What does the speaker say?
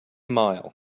mile